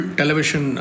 television